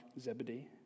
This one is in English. Zebedee